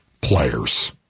players